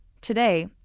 Today